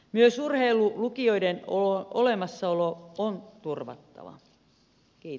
myös urheilulukioiden olemassaolo on turvattava